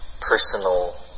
personal